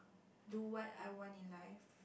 do what I want in life